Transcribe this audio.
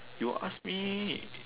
you ask me